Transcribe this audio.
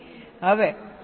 તેથી હવે 0